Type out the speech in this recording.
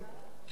נכון,